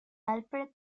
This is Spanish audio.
alfred